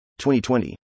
2020